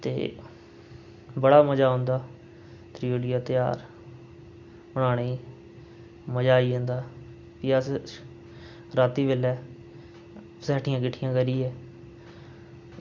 ते बड़ा मज़ा आंदा त्रिचौली दा ते हार खानै गी मज़ा आई जंदा ते अस रातीं बेल्लै बस्हाठियां किट्ठियां करियै